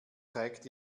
trägt